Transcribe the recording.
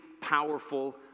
powerful